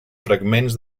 fragments